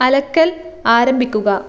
അലക്കൽ ആരംഭിക്കുക